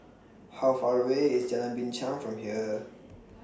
How Far away IS Jalan Binchang from here